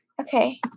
okay